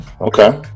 okay